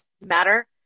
Matter